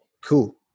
Cool